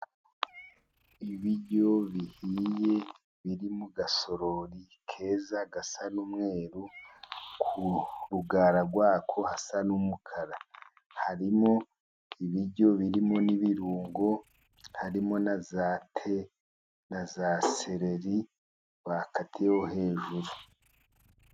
Ibiryo bihiye biri mu gasorori keza gasa n'umweru, ku rugara rwako hasa n'umukara, harimo ibiryo birimo n'ibirungo, harimo na za te, na za sereri bakatiyeho hejuru.